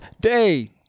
Day